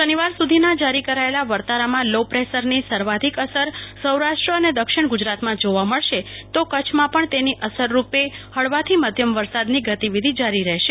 શનિવાર સુધીના જારી કરાયેલા વર્તારામાં લો પ્રેશરની સર્વાધિક અસર સૌરાષ્ટ્ર અને દક્ષિણ ગુજરાતમાં જોવા મળશે તો કચ્છમાં પણ તેની અસરરુપે હળવાથી મધ્યમ વરસાદની ગતિવિધી જારી રહેશે